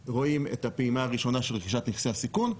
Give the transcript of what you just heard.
באוגוסט רואים את הפעימה הראשונה של רכישת נכסי הסיכון.